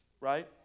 Right